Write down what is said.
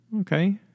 Okay